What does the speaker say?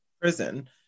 prison